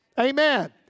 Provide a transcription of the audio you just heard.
Amen